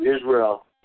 Israel